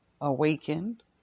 awakened